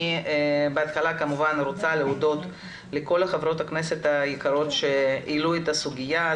בתחילה אני רוצה להודות לכל חברות הכנסת היקרות שהעלו את הסוגיה,